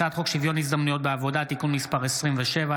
הצעת חוק שוויון ההזדמנויות בעבודה (תיקון מספר 27),